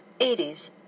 80s